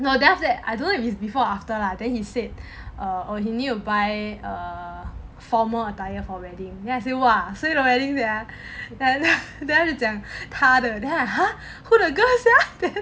no then after that I don't know is before or after lah then he said err oh he knew by a formal attire for wedding then I say !wah! 谁的 wedding sia there then 他就讲他的 then I like !huh! who the girl sia